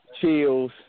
Chills